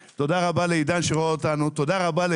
תודה רבה לעידן שרואה אותנו,